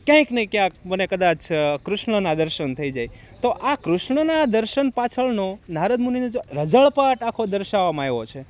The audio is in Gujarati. ક્યાંક ને ક્યાંક મને કદાચ કૃષ્ણના દર્શન થઈ જાય તો આ કૃષ્ણના દર્શન પાછળનો નારદમુનિને જો રઝળપાટ આખો દર્શાવવામાં આવ્યો છે